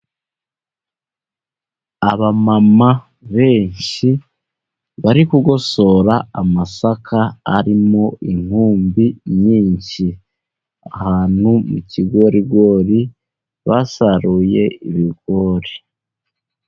Abamama benshi bari kugosora amasaka, arimo inkumbi nyinshi, ahantu mu kigorigori basaruye ibigori.